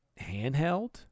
handheld